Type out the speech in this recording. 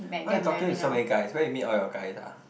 why you talking to so many guys where you meet all your guys ah